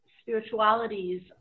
spiritualities